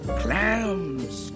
clams